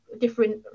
different